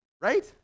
Right